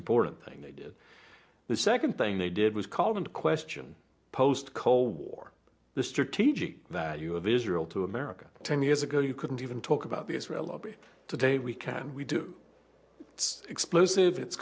important thing they did the second thing they did was called into question post cold war the strategic value of israel to america ten years ago you couldn't even talk about the israel lobby today we can we do it's explosive it's